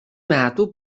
metų